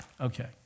okay